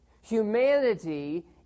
Humanity